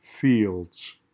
fields